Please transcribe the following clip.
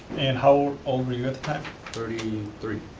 and how old were you at the time? thirty three.